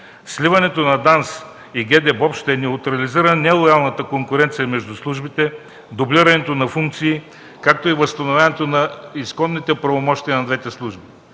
Сливането на ДАНС и ГДБОП ще неутрализира нелоялната конкуренция между службите, дублирането на функции, както и възстановяването на изконните пълномощия на двете служби.